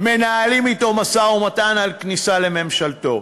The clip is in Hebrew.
מנהלים אתו משא-ומתן על כניסה לממשלתו.